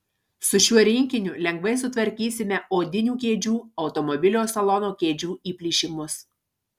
su šiuo rinkiniu lengvai sutvarkysime odinių kėdžių automobilio salono kėdžių įplyšimus